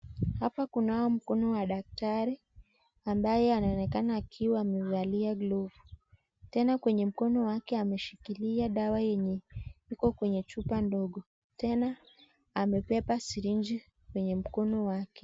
Hapa kunao mkono wa daktari ambaye anaonekana akiwa amevalia glovu, tena kwenye mkono wake ameshikilia dawa yenye iko kwenye chupa ndogo, tena amebeba sirinji kwenye mkono wake.